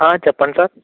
చెప్పండి సార్